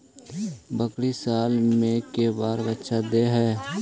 बकरी साल मे के बार बच्चा दे है?